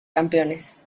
campeones